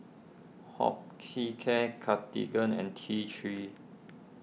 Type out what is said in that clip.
Hospicare Cartigain and T three